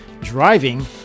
Driving